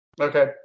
Okay